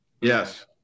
yes